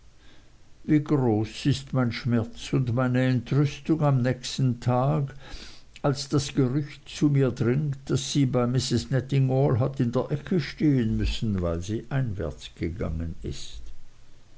wie groß ist mein schmerz und meine entrüstung am nächsten tag als das gerücht zu mir dringt daß sie bei misses nettingall hat in der ecke stehen müssen weil sie einwärts gegangen ist